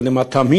אבל עם התמהיל,